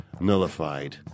nullified